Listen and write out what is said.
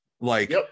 Like-